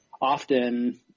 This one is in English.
often